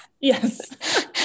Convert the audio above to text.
Yes